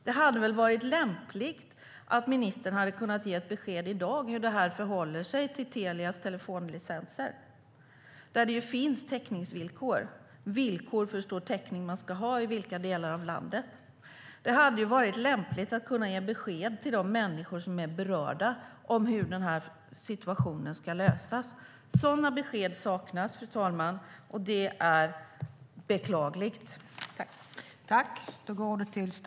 Det hade väl varit lämpligt att ministern hade kunnat ge ett besked i dag hur det förhåller sig till Telias telefonlicenser där det finns täckningsvillkor, det vill säga villkor för hur stor täckning man ska ha i olika delar av landet. Det hade varit lämpligt att kunna ge besked till de människor som är berörda om hur situationen ska lösas. Sådana besked saknas, fru talman. Det är beklagligt.